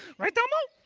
right elmo?